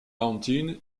mountain